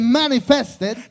manifested